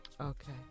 Okay